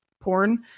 porn